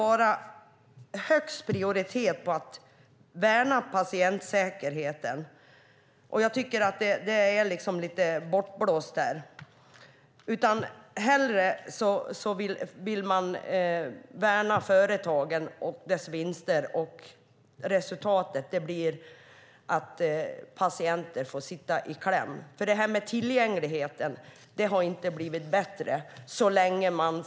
Att värna patientsäkerheten måste väl ändå ha högsta prioritet. Man vill hellre värna företagen och deras vinster, och resultatet blir att patienter får sitta i kläm. Tillgängligheten har inte blivit bättre.